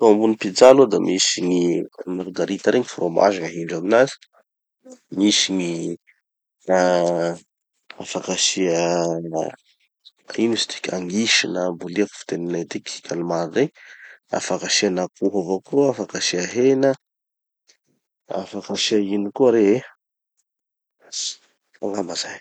Gn'atao ambony pizza aloha da misy gny amy margharita regny fromazy gny ahindreo aminazy. Misy gny, afaky asia, ah ino izy tiky, angisy na boliaky ho gny fiteninay atiky calmar regny, afaky asiana akoho avao koa, afaky asia hena, afaky asia ino koa re eh. Angamba zay.